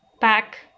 pack